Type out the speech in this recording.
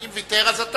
אם ויתר, אז חבר הכנסת